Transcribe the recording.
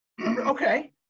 Okay